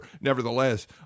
Nevertheless